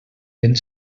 vent